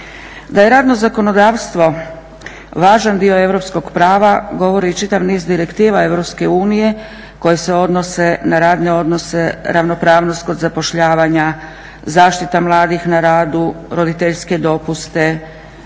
Da je radno zakonodavstvo važan dio europskog prava govori i čitav niz direktiva Europske unije koje se odnose na radne odnose, ravnopravnost kod zapošljavanja, zaštita mladih na radu, roditeljske dopuste,